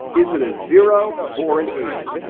is it a zero or an eight?